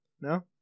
No